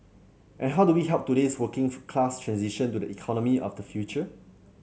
and how do we help today's working class transition to the economy of the future